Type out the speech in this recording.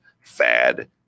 fad